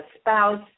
spouse